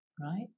right